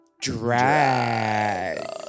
DRAG